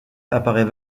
apparaît